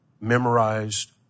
memorized